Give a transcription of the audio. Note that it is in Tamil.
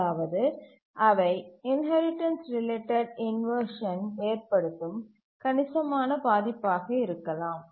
அதாவது அவை இன்ஹெரிடன்ஸ் ரிலேட்டட் இன்வர்ஷன் ஏற்படுத்தும் கணிசமான பாதிப்பாக இருக்கலாம்